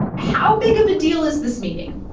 how big of a deal is this meeting?